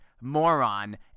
moron